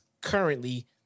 currently